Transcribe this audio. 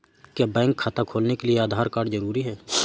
क्या बैंक खाता खोलने के लिए आधार कार्ड जरूरी है?